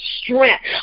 strength